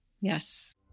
Yes